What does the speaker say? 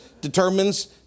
determines